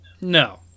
No